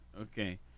okay